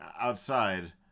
outside